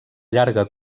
llarga